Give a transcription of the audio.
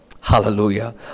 Hallelujah